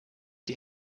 die